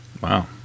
Wow